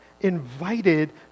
invited